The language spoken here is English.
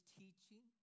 teaching